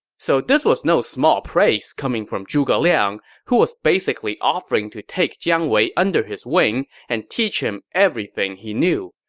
so this was no small praise coming from zhuge liang, who was basically offering to take jiang wei under his wing and teach him everything he knew.